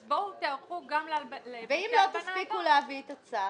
אז בואו תיערכו גם --- ואם לא תספיקו להביא את הצו?